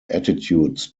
attitudes